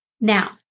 Now